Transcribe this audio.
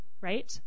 right